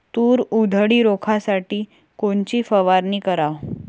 तूर उधळी रोखासाठी कोनची फवारनी कराव?